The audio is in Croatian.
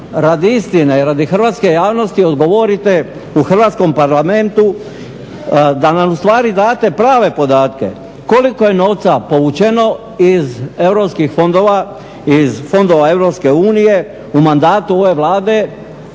radi istine, radi hrvatske javnosti odgovorite u Hrvatskom parlamentu da nam ustvari date prave podatke koliko je novca povučeno iz europskih fondova,